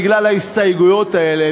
בגלל ההסתייגויות האלה,